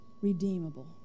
redeemable